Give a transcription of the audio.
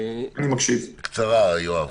קצרה, יואב.